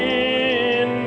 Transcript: and